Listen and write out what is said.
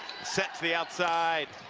set to the outside